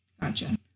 Gotcha